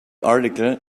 article